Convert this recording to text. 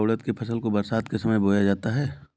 क्या उड़द की फसल को बरसात के समय बोया जाता है?